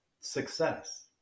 success